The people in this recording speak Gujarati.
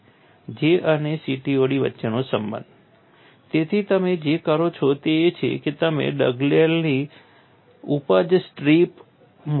J અને CTOD વચ્ચેનો સંબંધ તેથી તમે જે કરો છો તે એ છે કે તમે ડગડેલની ઉપજ સ્ટ્રીપ મોડેલ લો